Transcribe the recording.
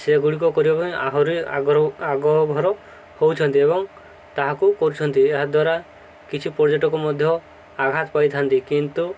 ସେଗୁଡ଼ିକ କରିବା ପାଇଁ ଆହୁରି ଆଗ ଆଗଭର ହଉଛନ୍ତି ଏବଂ ତାହାକୁ କରୁଛନ୍ତି ଏହାଦ୍ୱାରା କିଛି ପର୍ଯ୍ୟଟକ ମଧ୍ୟ ଆଘାତ ପାଇଥାନ୍ତି କିନ୍ତୁ